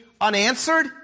Unanswered